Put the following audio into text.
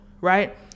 right